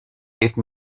give